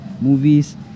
movies